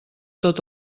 tot